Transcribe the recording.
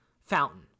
fountain